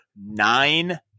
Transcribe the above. nine